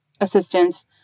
assistance